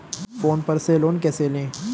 Phone पर से loan कैसे लें?